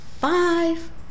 five